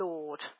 Lord